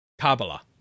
Kabbalah